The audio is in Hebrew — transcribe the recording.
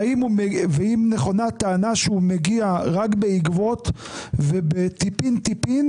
והאם נכונה הטענה שהוא מגיע רק בעקבות וטיפין טיפין